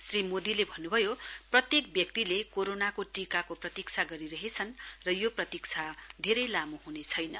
श्री मोदीले भन्नुभयो प्रत्येक व्यक्तिले कोरोनाको टीकाको प्रतीक्षा गरिरहेछन् र यो प्रतीक्षा धेरै लामो हुनेछैन